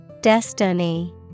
Destiny